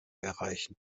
erreichen